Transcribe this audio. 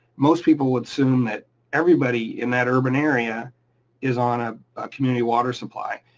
most people would assume that everybody in that urban area is on a community water supply,